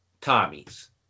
Tommy's